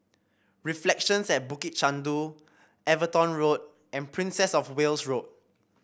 Reflections at Bukit Chandu Everton Road and Princess Of Wales Road